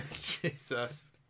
Jesus